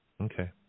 Okay